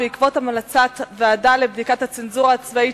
ובעקבות המלצת ועדה לבדיקת הצנזורה הצבאית,